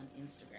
Instagram